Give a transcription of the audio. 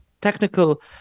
technical